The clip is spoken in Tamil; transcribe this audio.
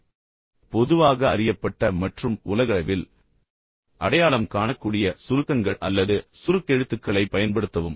எனவே பொதுவாக அறியப்பட்ட மற்றும் உலகளவில் அடையாளம் காணக்கூடிய சுருக்கங்கள் அல்லது சுருக்கெழுத்துக்களைப் பயன்படுத்தவும்